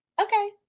okay